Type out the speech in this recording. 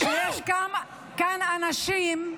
שיש כאן אנשים,